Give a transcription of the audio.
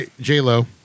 J-Lo